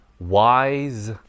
wise